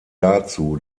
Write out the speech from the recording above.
dazu